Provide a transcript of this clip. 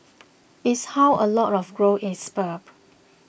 is how a lot of growth is spurred